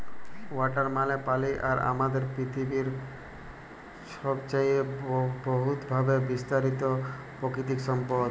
water মালে পালি আর আমাদের পিথিবীতে ছবচাঁয়ে বহুতভাবে বিস্তারিত পাকিতিক সম্পদ